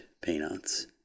peanuts